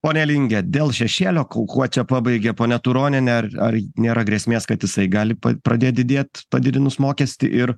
pone linge dėl šešėlio ku kuo čia pabaigė ponia turonienė ar ar nėra grėsmės kad jisai gali pradėt didėt padidinus mokestį ir